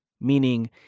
Meaning